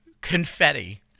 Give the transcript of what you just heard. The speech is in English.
confetti